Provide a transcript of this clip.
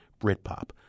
Britpop